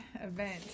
event